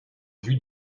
vue